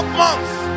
months